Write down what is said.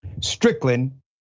Strickland